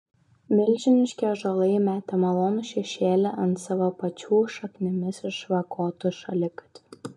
milžiniški ąžuolai metė malonų šešėlį ant savo pačių šaknimis išvagotų šaligatvių